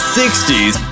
60s